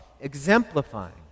Exemplifying